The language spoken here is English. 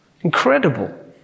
Incredible